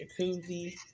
jacuzzi